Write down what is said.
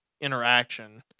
interaction